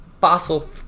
fossil